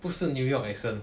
不是 New York accent